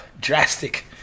drastic